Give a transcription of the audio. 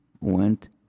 went